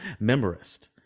memorist